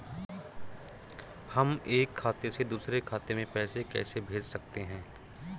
हम एक खाते से दूसरे खाते में पैसे कैसे भेज सकते हैं?